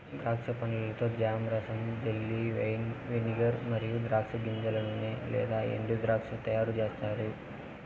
ద్రాక్ష పండ్లతో జామ్, రసం, జెల్లీ, వైన్, వెనిగర్ మరియు ద్రాక్ష గింజల నూనె లేదా ఎండుద్రాక్ష తయారుచేస్తారు